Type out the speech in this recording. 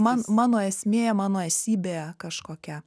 man mano esmė mano esybė kažkokia